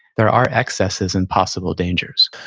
there are excesses and possible dangers